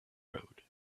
road